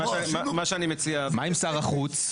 מה שאני מציע --- מה עם שר החוץ?